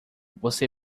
você